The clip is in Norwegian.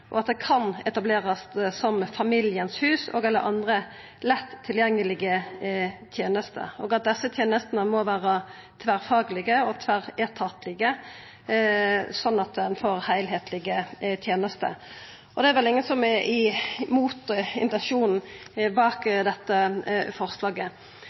at det kan etablerast som Familiens hus og/eller andre lett tilgjengelege tenester, og at desse tenestene må vera tverrfaglege og tverretatlege slik at ein får heilskaplege tenester. Det er vel ingen som er imot intensjonen bak dette forslaget.